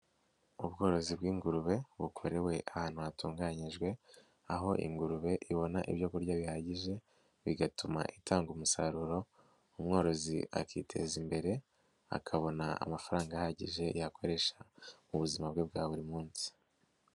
Ubworozi bw'ingurube bukorewe ahantu hatunganyijwe, aho ingurube ibona ibyo kurya bihagije, bigatuma itanga umusaruro, umworozi akiteza imbere, akabona amafaranga ahagije yakoresha mu buzima bwe bwa buri munsi.